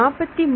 43